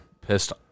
pissed